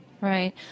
Right